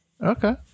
Okay